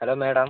hello madam